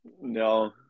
No